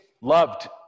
loved